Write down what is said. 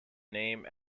name